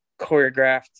choreographed